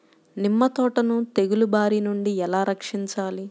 నిమ్మ తోటను తెగులు బారి నుండి ఎలా రక్షించాలి?